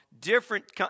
different